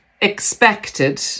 expected